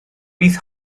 bydd